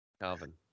Calvin